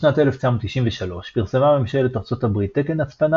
בשנת 1993 פרסמה ממשלת ארצות הברית תקן הצפנה